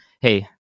hey